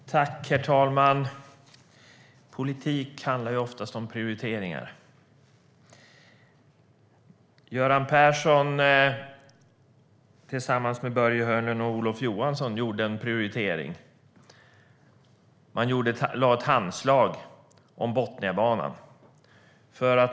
STYLEREF Kantrubrik \* MERGEFORMAT Svar på interpellationerHerr talman! Politik handlar oftast om prioriteringar. Göran Persson gjorde tillsammans med Börje Hörnlund och Olof Johansson en prioritering: ett handslag om Botniabanan.